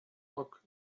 book